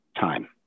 time